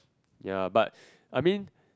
ya but I mean